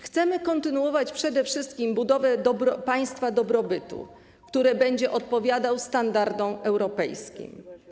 Chcemy kontynuować przede wszystkim budowę państwa dobrobytu, które będzie odpowiadało standardom europejskim.